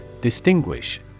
Distinguish